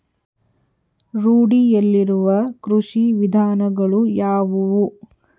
ರೂಢಿಯಲ್ಲಿರುವ ಕೃಷಿ ವಿಧಾನಗಳು ಯಾವುವು?